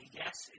yes